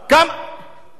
הם אחים שלי,